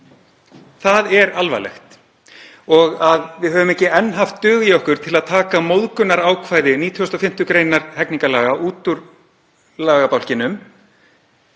er alvarlegt. Og að við höfum ekki enn haft dug í okkur til að taka móðgunarákvæði 95. gr. hegningarlaga út úr lagabálkinum,